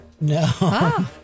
No